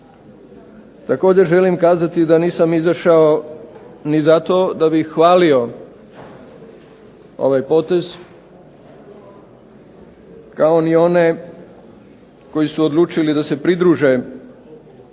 Također želim kazati da nisam izašao ni zato da bih hvalio ovaj potez, kao ni one koji su odlučili da se pridruže